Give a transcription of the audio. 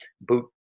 boot